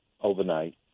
overnight